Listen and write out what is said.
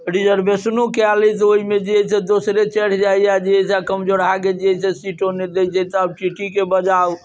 रिजरवेशनो कायल अछि से ओहिमे जे छै से दोसरे चढ़ि जाइ जे है से कमजोरहाके जे है से सीटो नहि दै छै तऽ आब टी टी इ के बजाउ